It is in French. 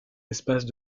espaces